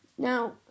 Now